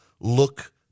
look